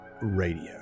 Radio